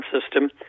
system